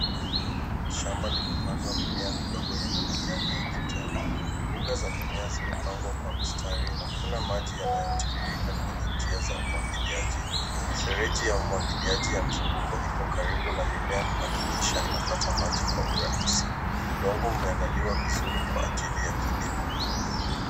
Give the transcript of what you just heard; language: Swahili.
Shamba limepandwa mimea midogo yenye majani ya kijani. Mbuga za mimea zimepangwa kwa mistari na kuna maji yanayotiririka kwenye njia za umwangiliaji. Mifereji ya umwangiliaji ya mzunguko ipo karibu na mimea kuhakikisha inapata maji kwa ufanisi. Udongo umeandaliwa vizuri kwa akili ya kilimo.